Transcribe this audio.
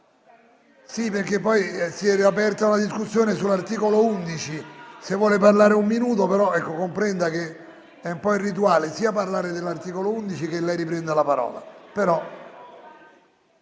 intervenuta. Si è riaperta una discussione sull'articolo 11. Se vuole può parlare un minuto, ma comprenda che è un po' irrituale sia parlare dell'articolo 11, sia che lei riprenda la parola.